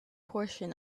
portion